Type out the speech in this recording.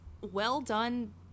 well-done